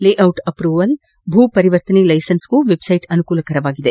layout approval ಭೂ ಪರಿವರ್ತನೆ ಲೈಸೆನ್ಸ್ಗೂ ವೆಬ್ಸೈಟ್ ಅನುಕೂಲಕರವಾಗಿದೆ